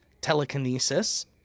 telekinesis